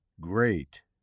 great